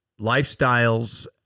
lifestyles